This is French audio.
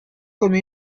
comme